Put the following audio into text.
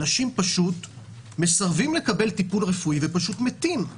אנשים מסרבים לקבל טיפול רפואי ופשוט מתים.